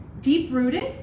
deep-rooted